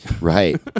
Right